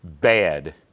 bad